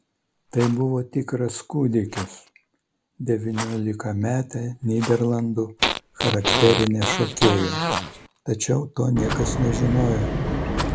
tai buvo tikras kūdikis devyniolikametė nyderlandų charakterinė šokėja tačiau to niekas nežinojo